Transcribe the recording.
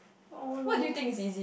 oh no